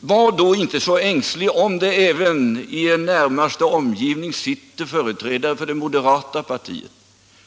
Men var då inte så ängslig för att det i den närmaste omgivningen sitter företrädare för det moderata partiet,